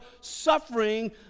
suffering